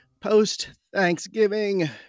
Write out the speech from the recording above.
post-Thanksgiving